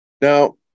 Now